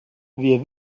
wir